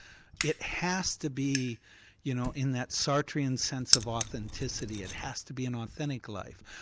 it has to be you know in that satrean sense of authenticity it has to be an authentic life.